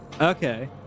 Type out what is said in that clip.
okay